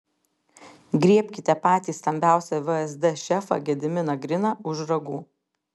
griebkite patį stambiausią vsd šefą gediminą griną už ragų